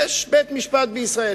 יש בית-משפט בישראל.